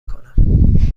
کنم